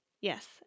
Yes